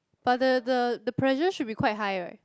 but the the the pressure should be quite high right